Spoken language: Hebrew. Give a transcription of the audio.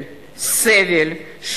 אבל וסבל,